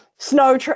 Snow